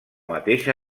mateixa